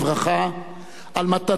אלמנתו שושנה,